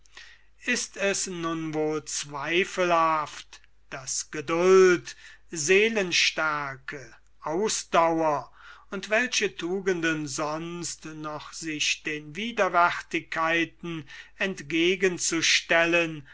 ist es nun wohl zweifelhaft daß geduld seelenstärke ausdauer und welche tugenden sonst noch sich den widerwärtigkeiten entgegenzustellen